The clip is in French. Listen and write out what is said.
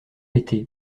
l’été